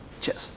Cheers